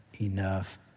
enough